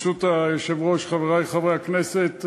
ברשות היושב-ראש, חברי חברי הכנסת,